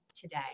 today